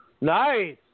Nice